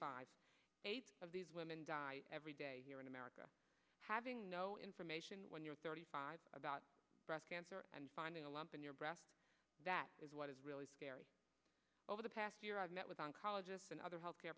five of these women die every day here in america having no information when you're thirty five about breast cancer and finding a lump in your breath is what is really scary over the past year i've met with oncologists and other health care